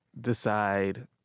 decide